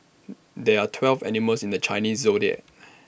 there are twelve animals in the Chinese Zodiac